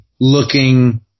looking